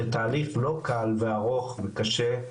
בתהליך לא קל וארוך וקשה,